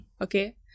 Okay